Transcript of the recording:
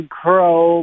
crow